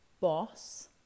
boss